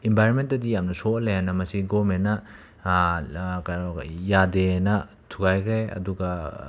ꯏꯟꯕꯥꯏꯔꯃꯦꯟꯇꯗꯤ ꯌꯥꯝꯅ ꯁꯣꯛꯍꯜꯂꯦꯅ ꯃꯁꯤ ꯒꯣꯔꯃꯦꯟꯅ ꯀꯩꯅꯣ ꯌꯥꯗꯦꯅ ꯊꯨꯒꯥꯏꯈ꯭ꯔꯦ ꯑꯗꯨꯒ